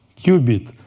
qubit